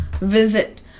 visit